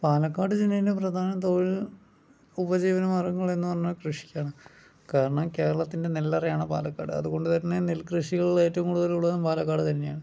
പാലക്കാട് ജില്ലയിലെ പ്രധാന തൊഴിൽ ഉപജീവനമാർഗ്ഗങ്ങൾ എന്ന് പറഞ്ഞാൽ കൃഷിയാണ് കാരണം കേരളത്തിൻ്റെ നെല്ലറയാണ് പാലക്കാട് അതുകൊണ്ട് തന്നെ നെൽ കൃഷികൾ ഏറ്റവും കൂടുതൽ ഉള്ളത് പാലക്കാട് തന്നെയാണ്